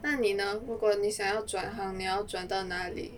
那你呢如果你想要转行你转到哪里